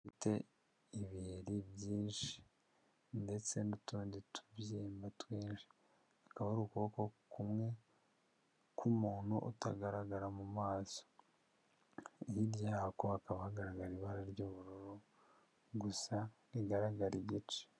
Dufite ibiheri byinshi, ndetse n'utundi tubyimba twinshi akaba ari ukuboko kumwe k'umuntu utagaragara mu maso, hirya kuko hakaba hagaragara ibara ry'ubururu gusa rigaragara igice.